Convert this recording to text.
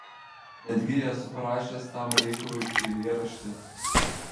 netgi esu parašęs tam reikalui eilėraštį